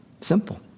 Simple